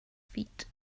feet